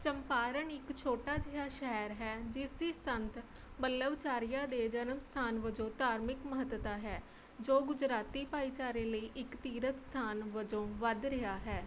ਚੰਪਾਰਣ ਇੱਕ ਛੋਟਾ ਜਿਹਾ ਸ਼ਹਿਰ ਹੈ ਜਿਸ ਦੀ ਸੰਤ ਵੱਲਭਚਾਰੀਆ ਦੇ ਜਨਮ ਸਥਾਨ ਵਜੋਂ ਧਾਰਮਿਕ ਮਹੱਤਤਾ ਹੈ ਜੋ ਗੁਜਰਾਤੀ ਭਾਈਚਾਰੇ ਲਈ ਇੱਕ ਤੀਰਥ ਸਥਾਨ ਵਜੋਂ ਵੱਧ ਰਿਹਾ ਹੈ